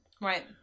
Right